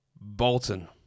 bolton